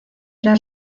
era